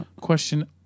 Question